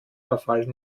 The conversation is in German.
verfall